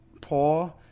poor